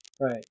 right